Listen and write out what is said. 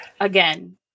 again